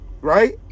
right